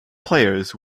players